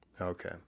Okay